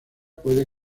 puede